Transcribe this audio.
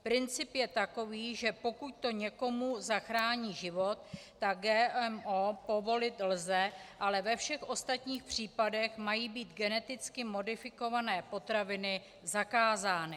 Princip je takový, že pokud to někomu zachrání život, tak GMO povolit lze, ale ve všech ostatních případech mají být geneticky modifikované potraviny zakázány.